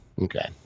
Okay